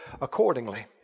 accordingly